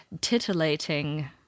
titillating